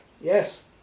Yes